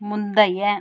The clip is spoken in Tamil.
முந்தைய